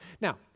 Now